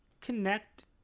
connect